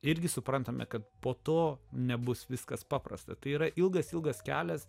irgi suprantame kad po to nebus viskas paprasta tai yra ilgas ilgas kelias